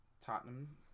Tottenham